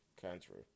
country